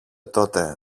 τότε